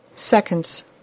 Seconds